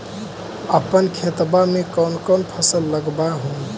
अपन खेतबा मे कौन कौन फसल लगबा हू?